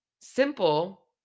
simple